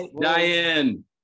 Diane